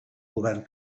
govern